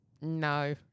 No